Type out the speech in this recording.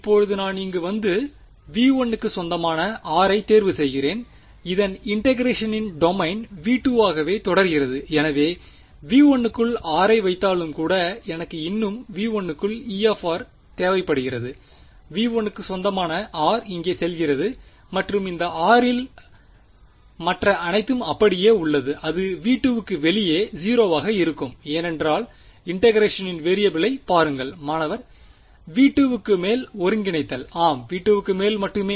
இப்போது நான் இங்கு வந்து V1 க்கு சொந்தமான r ஐ தேர்வு செய்கிறேன் இதன் இன்டெக்ரேஷனின் டொமைன் V2 வாகவே தொடர்கிறது எனவே V1 க்குள் r ஐ வைத்தாலும் கூட எனக்கு இன்னும் V1 க்குள் E தேவைப்படுகிறது V1 க்கு சொந்தமான r இங்கே செல்கிறது மற்றும் இந்த r ல் மற்ற அனைத்தும் அப்படியே உள்ளது அது V2 க்கு வெளியே 0 வாக இருக்கும் ஏனென்றால் இன்டெகிரேஷனின் வெறியபிளை பாருங்கள் மாணவர் V2 க்கு மேல் ஒருங்கிணைத்தல் ஆம் V2 க்கு மேல் மட்டுமே